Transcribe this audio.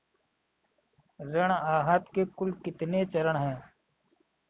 ऋण आहार के कुल कितने चरण हैं?